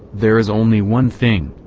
there is only one thing,